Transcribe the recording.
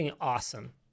awesome